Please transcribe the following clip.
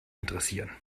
interessieren